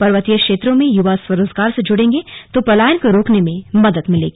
पर्वतीय क्षेत्रों में युवा स्वरोजगार से जुडेंगे तो पलायन को रोकने में मदद मिलेगी